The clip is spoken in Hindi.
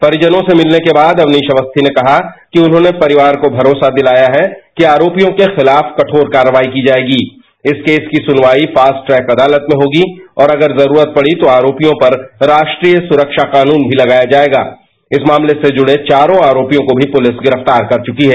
परिजनों से मिलने के बाद अवनीश अवस्थी ने कहा कि उन्होंने परिवार को भरोसा दिलाया है कि आरोपियों के खिलाफ कठोर कार्रवाई की जाएगी इस केस की सुनवाई फास्ट ट्रैक अदालत में होगी और अगर जरूरत पड़ी तो आरोपियों पर राष्ट्रीय सुरक्षा कानून भी लगाया जाएगा इस मामले से जुड़े चारों आरोपियों को भी पुलिस गिरफ्तार कर चुकी है